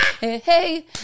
hey